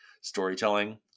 storytelling